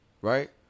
right